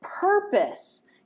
purpose